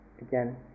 again